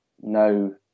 No